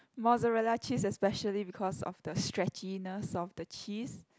mozzarella cheese especially because of the stretchiness of the cheese